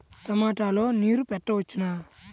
టమాట లో నీరు పెట్టవచ్చునా?